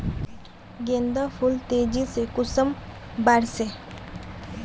गेंदा फुल तेजी से कुंसम बार से?